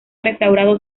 restaurado